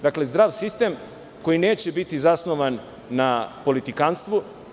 Dakle, zdrav sistem koji neće biti zasnovan na politikanstvu.